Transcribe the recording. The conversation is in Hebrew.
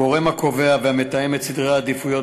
הגורם הקובע והמתאם את סדרי העדיפויות